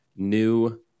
new